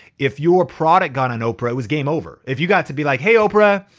if your product got on oprah, it was game over. if you got to be like, hey oprah,